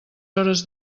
hores